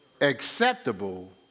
acceptable